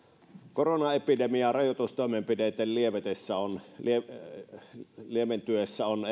koronaepidemian rajoitustoimenpiteiden lieventyessä on lieventyessä on